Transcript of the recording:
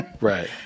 Right